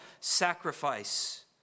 sacrifice